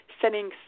setting